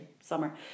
summer